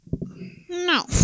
No